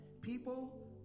People